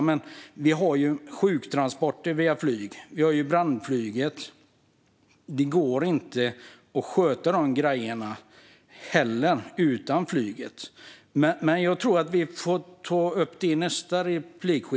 Men till exempel sjuktransporter via flyg och brandflyg går inte att sköta utan flyg. Men jag tror att vi får ta det i nästa replik.